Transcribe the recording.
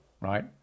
right